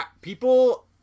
People